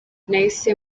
nahise